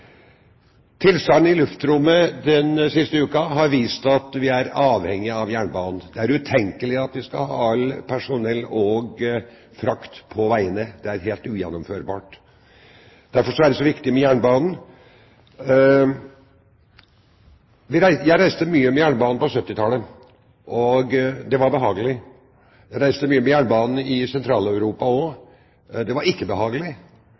Tilstanden i luftrommet den siste uka har vist at vi er avhengige av jernbanen. Det er utenkelig at vi skal ha alt personell og all frakt på veiene – det er helt ugjennomførbart. Derfor er det så viktig med jernbanen. Jeg reiste mye med jernbanen på 1970-tallet, og det var behagelig. Jeg reiste også mye med jernbanen i Sentral-Europa. Det var ikke behagelig.